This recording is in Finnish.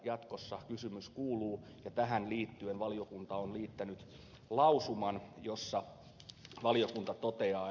jatkossa kysymys kuuluu ja tähän liittyen valiokunta on liittänyt lausuman jossa valiokunta toteaa